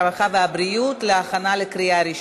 הרווחה והבריאות נתקבלה.